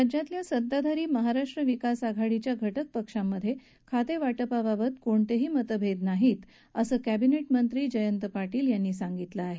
राज्यातल्या सत्ताधारी महाराष्ट्र विकास आघाडीच्या घटक पक्षांमधे खाते वाटपाबाबत कोणतेही मतभेद नाही असं कॅबिनेट मंत्री जयंत पाटील यांनी सांगितलं आहे